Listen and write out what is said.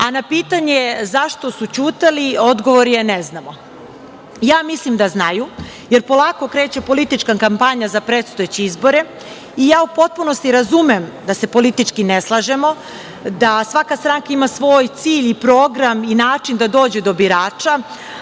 a na pitanje zašto su ćutali, odgovor je – ne znamo. Ja mislim da znaju, jer polako kreće politička kampanja za predstojeće izbore i ja u potpunosti razumem da se politički ne slažemo, da svaka stranka ima svoj cilj i program, način da dođe do birača,